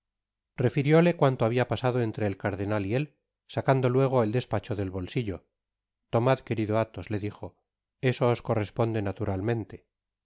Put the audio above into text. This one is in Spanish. noches refirióle cuanto habia pasado entre el cardenal y él sacando tuego et despacho del bolsillo tomad querido athos le dijo eso os corresponde naturalmente